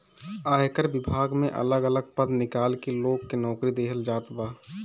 आयकर विभाग में अलग अलग पद निकाल के लोग के नोकरी देहल जात बा